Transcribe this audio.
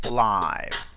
live